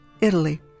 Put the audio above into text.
Italy